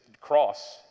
cross